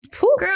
Girl